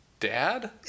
dad